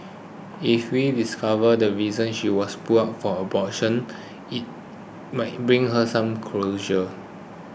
if we discover the reason she was put up for adoption it might bring her some closure